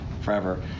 forever